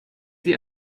sie